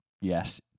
yes